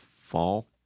fall